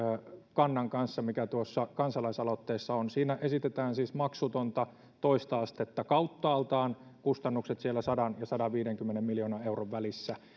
kannan kanssa mikä tuossa kansalaisaloitteessa on siinä esitetään siis maksutonta toista astetta kauttaaltaan kustannukset siellä sadan viiva sadanviidenkymmenen miljoonan euron välissä